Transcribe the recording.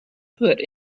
put